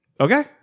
Okay